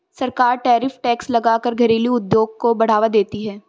सरकार tariff tax लगा कर घरेलु उद्योग को बढ़ावा देती है